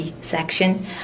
section